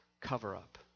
cover-up